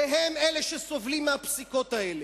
והם אלה שסובלים מהפסיקות האלה,